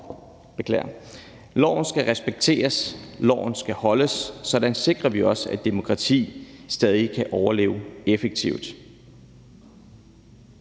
og loven skal respekteres, og loven skal holdes, og sådan sikrer vi også, at et demokrati stadig kan overleve effektivt.